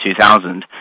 2000